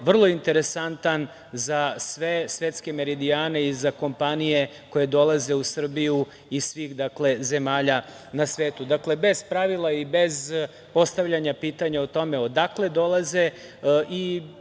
vrlo interesantan za sve svetske meridijane i za kompanije koje dolaze u Srbiju iz svih zemalja na svetu. Dakle, bez pravila i bez postavljanja pitanja o tome odakle dolaze i